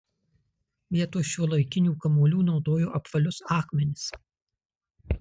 vietoj šiuolaikinių kamuolių naudojo apvalius akmenis